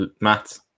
Matt